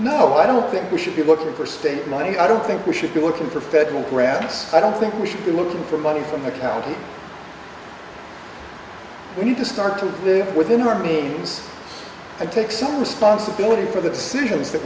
no i don't think we should be looking for state money i don't think we should be working for federal grants i don't think we should be looking for money from the county where you can start to move with him or me to take some responsibility for the decisions that